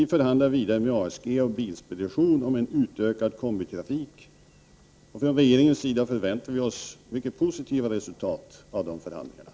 SJ förhandlar vidare med ASG och Bilspedition om en utökad kombitrafik. Från regeringens sida förväntar vi oss mycket positiva resultat av dessa förhandlingar.